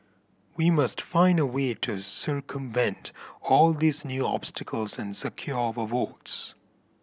we must find a way to circumvent all these new obstacles and secure our votes